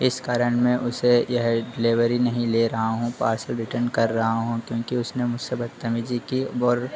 इस कारण मैं उसे यह डिलेवरी नहीं ले रहा हूँ पार्सल रिटर्न कर रहा हूँ क्योंकि उसने मुझसे बदतमीज़ी की बोर